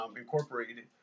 Incorporated